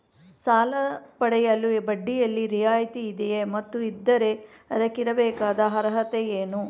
ಸಾಲ ಪಡೆಯಲು ಬಡ್ಡಿಯಲ್ಲಿ ರಿಯಾಯಿತಿ ಇದೆಯೇ ಮತ್ತು ಇದ್ದರೆ ಅದಕ್ಕಿರಬೇಕಾದ ಅರ್ಹತೆ ಏನು?